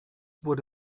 wurde